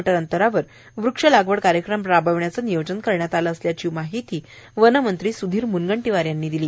मी अंतरावर वृक्षलागवड कार्यक्रम राबविण्याचे नियोजन करण्यात आले आहे अशी माहिती वनमंत्री सुधीर मुनगंटीवार यांनी दिली